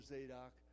Zadok